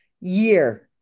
year